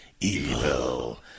evil